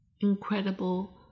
incredible